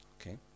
okay